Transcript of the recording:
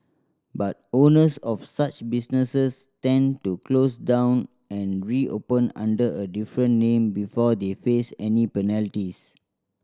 but owners of such businesses tend to close down and reopen under a different name before they face any penalties